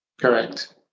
Correct